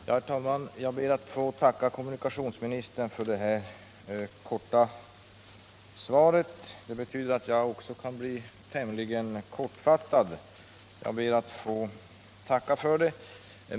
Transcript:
Herr talman! Jag ber att få tacka kommunikationsministern för det här korta svaret. Det betyder att jag också kan fatta mig tämligen kort.